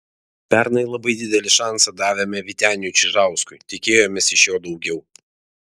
pernai labai didelį šansą davėme vyteniui čižauskui tikėjomės iš jo daugiau